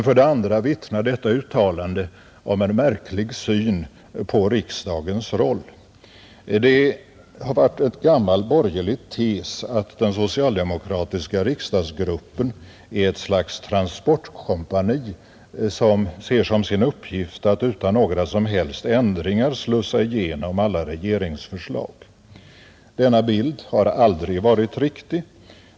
För det andra vittnar emellertid detta uttalande om en märklig syn på riksdagens roll, Det har varit en gammal borgerlig tes att den socialdemokratiska riksdagsgruppen är ett slags transportkompani, som ser som sin uppgift att utan några som helst ändringar slussa igenom alla regeringsförslag. Denna bild har aldrig varit riktig.